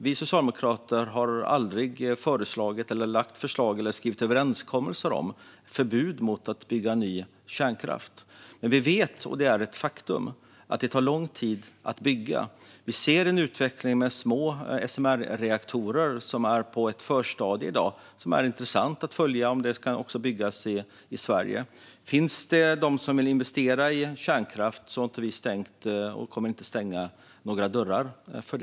Vi socialdemokrater har aldrig föreslagit, lagt fram förslag eller skrivit överenskommelser om förbud mot att bygga ny kärnkraft. Men vi vet - och det är ett faktum - att den tar lång tid att bygga. Vi ser en utveckling med små modulära reaktorer, SMR, som befinner sig i ett förstadium i dag. Det är intressant att följa om de också kan byggas i Sverige. Om det finns de som vill investera i kärnkraft har vi inte stängt, och kommer inte att stänga, några dörrar.